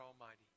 Almighty